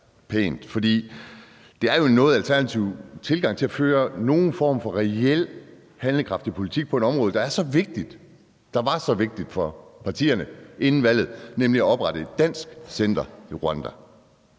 det er jo en noget alternativ tilgang til at føre nogen form for reel, handlekraftig politik på et område, der er så vigtigt, der var så vigtigt for partierne inden valget, nemlig at oprette et dansk center i Rwanda.